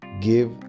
give